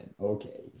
Okay